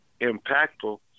impactful